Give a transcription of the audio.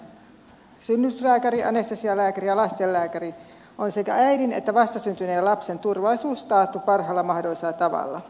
kun sairaalassa on paikalla synnytyslääkäri anestesialääkäri ja lastenlääkäri on sekä äidin että vastasyntyneen lapsen turvallisuus taattu parhaalla mahdollisella tavalla